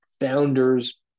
founders